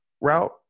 route